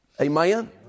Amen